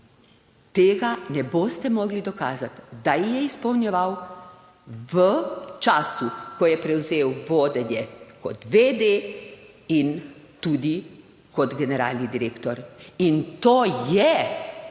tega ne boste mogli dokazati, da je izpolnjeval v času, ko je prevzel vodenje, kot vede in tudi kot generalni direktor in to je,